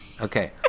Okay